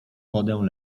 wodę